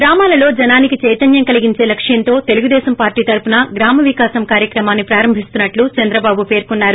గ్రామాలలో జనానికి చైతన్నం కలిగించే లక్ష్యంతో తెలుగుదేశం పార్టీ తరుపున గ్రామవికాసం కార్యక్రమాన్ని ప్రారంభిస్తున్న ట్టు చంద్రబాబు పేర్కొన్నారు